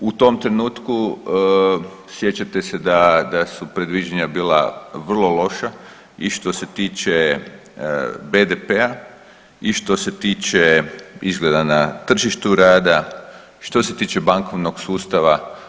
U tom trenutku sjećate da, da su predviđanja bila vrlo loša i što se tiče BDP-a i što se tiče izgleda na tržištu rada, što se tiče bankovnog sustava.